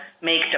make